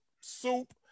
soup